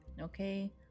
Okay